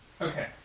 Okay